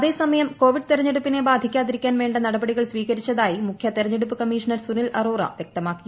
അതേസമയം കോവിഡ് തിരഞ്ഞെടുപ്പിനെ ബാധിക്കാതിരിക്കാൻ വേണ്ട നടപടികൾ സ്വീകരിച്ചതായി മുഖ്യ തെരഞ്ഞെടുപ്പ് കമ്മീഷണർ സുനിൽ അറോറ വ്യക്തമാക്കി